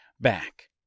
back